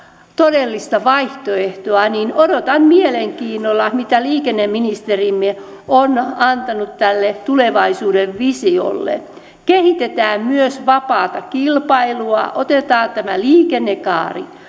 todellista vaihtoehtoa odotan mielenkiinnolla mitä liikenneministerimme on antanut tälle tulevaisuuden visiolle kehitetään myös vapaata kilpailua otetaan tämä liikennekaari